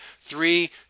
Three